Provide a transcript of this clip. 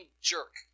jerk